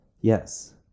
Yes